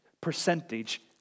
percentage